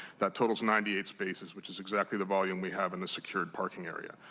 that totals ninety eight spaces which is exactly the volume we have in the secure parking area.